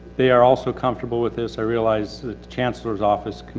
they are also comfortable with this. i realize the chancellor's office con,